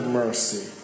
mercy